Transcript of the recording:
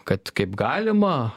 kad kaip galima